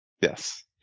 Yes